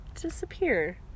disappear